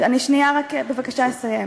שנייה, בבקשה, אני אסיים.